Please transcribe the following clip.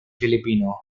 filipino